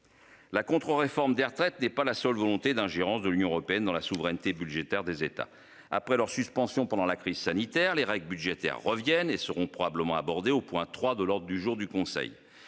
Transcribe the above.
La contre-, réforme des retraites n'est pas la seule volonté d'ingérence de l'Union Européenne dans la souveraineté budgétaire des États après leur suspension pendant la crise sanitaire, les règles budgétaires reviennent et seront probablement abordée au point 3 de l'ordre du jour du conseil.